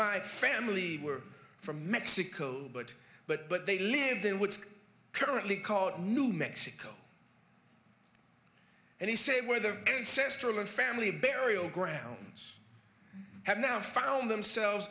my family were from mexico but but but they lived in what's currently called new mexico and he said where the ancestral and family burial grounds have now found themselves